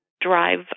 drive